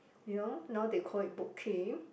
you know now they call it Boat-Quay